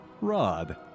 rod